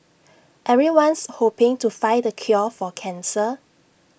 everyone's hoping to find the cure for cancer